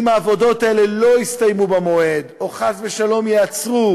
העבודות האלה לא יסתיימו במועד או חס ושלום ייעצרו,